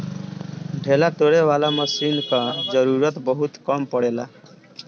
ढेला तोड़े वाला मशीन कअ जरूरत बहुत कम पड़ेला